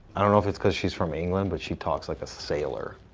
i don't know if it's cause she's from england, but she talks like a sailor.